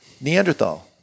Neanderthal